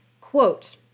quote